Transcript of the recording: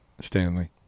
stanley